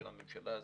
של הממשלה הזאת,